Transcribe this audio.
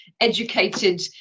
educated